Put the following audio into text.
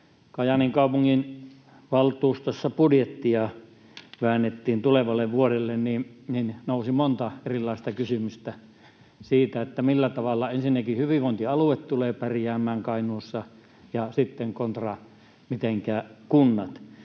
Kajaanin kaupunginvaltuustossa budjettia väännettiin tulevalle vuodelle, nousi monta erilaista kysymystä siitä, millä tavalla ensinnäkin hyvinvointialue tulee pärjäämään Kainuussa ja sitten kontra mitenkä kunnat.